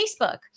Facebook